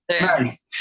nice